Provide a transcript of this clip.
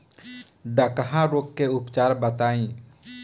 डकहा रोग के उपचार बताई?